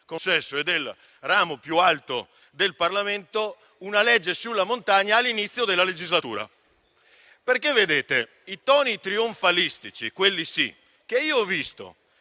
consesso e del ramo più alto del Parlamento una legge sulla montagna all'inizio della legislatura. I toni trionfalistici, quelli sì, che ho visto